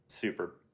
Super